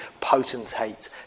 potentate